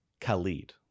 Khalid